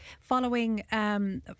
following